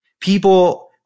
People